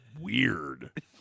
weird